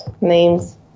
names